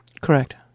Correct